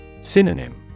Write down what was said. Synonym